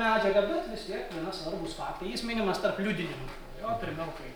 medžiaga bet vis tiek gana svarbūs faktai jis minimas tarp liudininkų jo pirmiau kai